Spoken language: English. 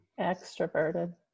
Extroverted